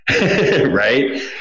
right